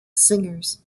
singers